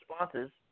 responses